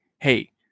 hey